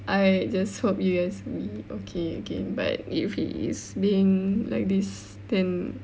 I just hope you guys would be okay again but if he is being like this then